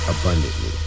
abundantly